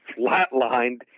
flatlined